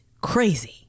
crazy